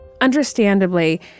Understandably